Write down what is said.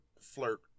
flirt